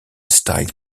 style